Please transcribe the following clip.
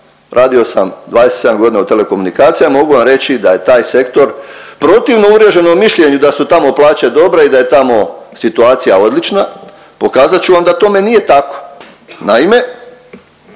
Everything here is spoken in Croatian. radio sam 27 godina u telekomunikacijama mogu vam reći da je taj sektor protivno uvriježenom mišljenju da su tamo plaće dobre i da je tamo situacija odlična pokazat ću vam da tome nije tako. Naime,